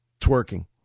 twerking